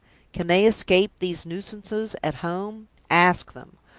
can they escape these nuisances at home? ask them!